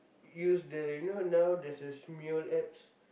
use the you know now there's a Smule apps